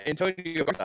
antonio